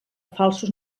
falsos